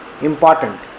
important